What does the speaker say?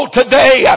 today